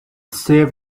save